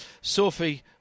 Sophie